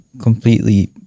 completely